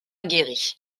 aguerris